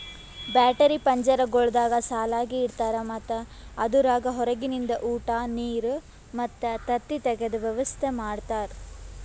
battery ಪಂಜರಗೊಳ್ದಾಗ್ ಸಾಲಾಗಿ ಇಡ್ತಾರ್ ಮತ್ತ ಅದುರಾಗ್ ಹೊರಗಿಂದ ಉಟ, ನೀರ್ ಮತ್ತ ತತ್ತಿ ತೆಗೆದ ವ್ಯವಸ್ತಾ ಮಾಡ್ಯಾರ